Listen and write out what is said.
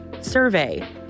survey